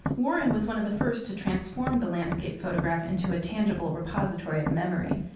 warren was one of the first to transform the landscape photograph into a tangible repository of memory.